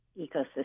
ecosystem